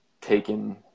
taken